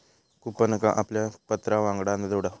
कूपनका आपल्या पत्रावांगडान जोडा